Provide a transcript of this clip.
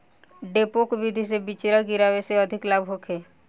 डेपोक विधि से बिचरा गिरावे से अधिक लाभ होखे?